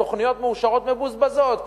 תוכניות מאושרות מבוזבזות,